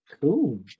cool